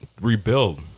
rebuild